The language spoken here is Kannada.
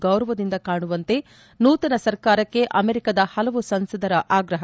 ಗೌರವದಿಂದ ಕಾಣುವಂತೆ ನೂತನ ಸರ್ಕಾರಕ್ಕೆ ಅಮೆರಿಕದ ಹಲವು ಸಂಸದರ ಆಗ್ರಹ